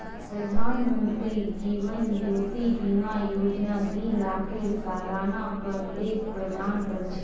प्रधानमंत्री जीवन ज्योति बीमा योजना दी लाखेर सालाना कवरेज प्रदान कर छे